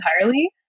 entirely